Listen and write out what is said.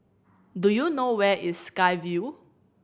do you know where is Sky Vue